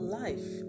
life